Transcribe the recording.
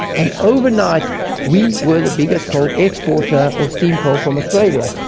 and overnight we were the biggest coal exporter of steam coal from australia.